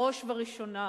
בראש ובראשונה,